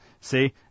See